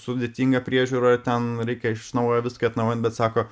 sudėtinga priežiūra ten reikia iš naujo viską atnaujint bet sako